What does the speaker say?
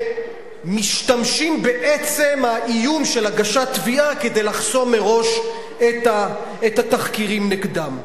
שמשתמשים בעצם האיום של הגשת תביעה כדי לחסום מראש את התחקירים נגדם.